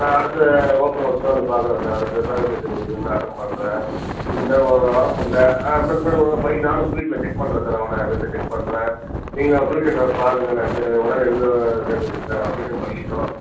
நான் அடுத்த வகுப்பில் வச்சால் வந்து பார்க்குறேன் சார் அடுத்த பேரெண்ட்ஸ் டீச்சர்ஸ் மீட்டிங் வந்து நான் அட்டெண்ட் பண்ணுறேன் இந்த வ வர முடில ஆ அதற்கு பிற்பாடு ஒழுங்காக படிக்கிறானான்னு வீட்டில் செக் பண்ணுறேன் சார் அவனை வீட்டில் செக் பண்ணுறேன் நீங்கள் அவனை ட்யூஷனில் பாருங்கள் நான் சேத் ஒன்னாந்தேதிலர்ந்து அவனை சேர்த்துவுட்டுட்றேன் அவன் ட்யூஷன் படிக்கட்டும்